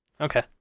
Okay